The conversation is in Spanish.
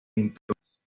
pinturas